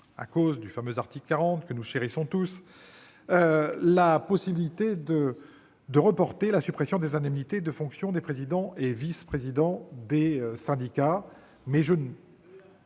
au titre de l'article 40, que nous chérissons tous -visant à reporter la suppression des indemnités de fonction des présidents et vice-présidents des syndicats.